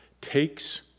takes